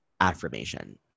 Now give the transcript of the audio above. affirmation